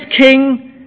king